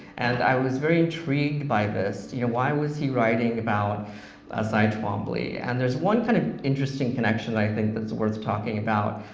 and i was very intrigued by this. you know why was he writing about ah cy twombly? and there's one kind of interesting connection that i think that's worth talking about.